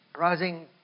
rising